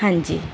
ਹਾਂਜੀ